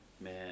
Man